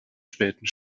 späten